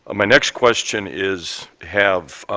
my next question is, have